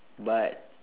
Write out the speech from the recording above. but